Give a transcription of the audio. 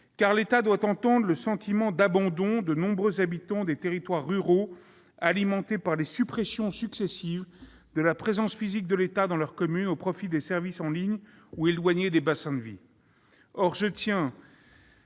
L'État doit entendre le sentiment d'abandon de nombreux habitants des territoires ruraux, alimenté par les suppressions successives des relais physiques de l'État dans leur commune au profit des services en ligne ou éloignés des bassins de vie.